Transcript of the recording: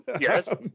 yes